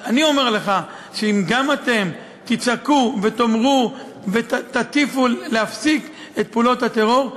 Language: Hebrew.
אני אומר לך שאם גם אתם תצעקו ותאמרו ותטיפו להפסיק את פעולות הטרור,